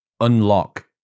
unlock